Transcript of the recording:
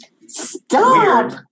Stop